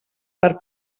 per